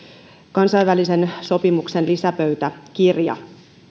kansainvälisen sopimuksen lisäpöytäkirja